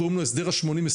קוראים לו הסדר ה- 80/20,